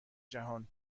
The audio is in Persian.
جهان